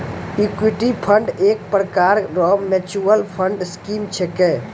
equity fund एक प्रकार रो मिच्युअल फंड स्कीम छिकै